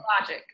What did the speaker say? logic